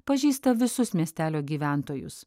pažįsta visus miestelio gyventojus